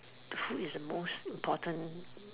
the food is the most important